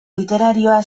literarioa